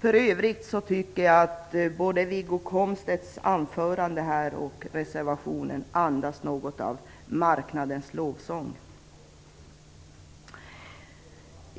För övrigt tycker jag att både Wiggo Komstedts anförande och reservationen andas något av marknadens lovsång.